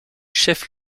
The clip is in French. chef